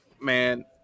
Man